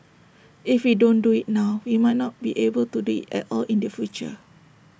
if we don't do IT now we might not be able do IT at all in the future